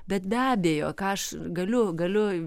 bet be abejo ką aš galiu galiu